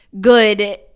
good